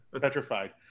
Petrified